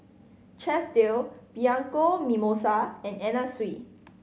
Chesdale Bianco Mimosa and Anna Sui